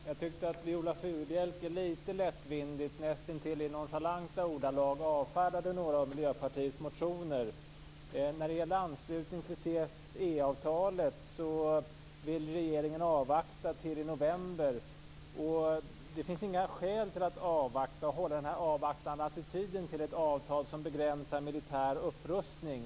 Herr talman! Jag tyckte att Viola Furubjelke lite lättvindigt, nästintill i nonchalanta ordalag, avfärdade några av Miljöpartiets motioner. När det gäller anslutning till CFE-avtalet vill regeringen avvakta till november. Det finns inga skäl att avvakta eller att hålla denna avvaktande attityd till ett avtal som begränsar militär upprustning.